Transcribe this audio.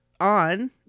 on